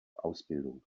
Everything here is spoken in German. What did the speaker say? ausbildung